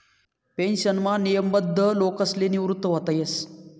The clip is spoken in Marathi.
पेन्शनमा नियमबद्ध लोकसले निवृत व्हता येस